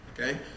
Okay